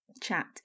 chat